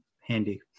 handy